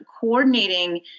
coordinating